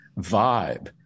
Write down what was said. vibe